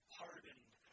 pardoned